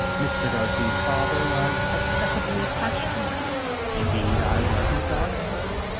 mr. darcy's father was excessively attached to me indeed, i was his godson.